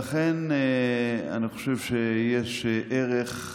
לכן, אני חושב שיש ערך,